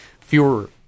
fewer